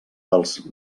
dels